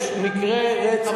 במקום להתעסק,